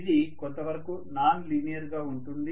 ఇది కొంతవరకు non linear గా ఉంటుంది